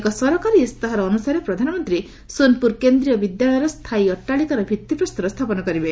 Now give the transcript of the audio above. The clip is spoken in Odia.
ଏକ ସରକାରୀ ଇସ୍ତାହାର ଅନୁସାରେ ପ୍ରଧାନମନ୍ତ୍ରୀ ସୋନପୁର କେନ୍ଦ୍ରୀୟ ବିଦ୍ୟାଳୟର ସ୍ଥାୟୀ ଅଟ୍ଟାଳିକାର ଭିଭିପ୍ରସ୍ତର ସ୍ଥାପନ କରିବେ